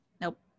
Nope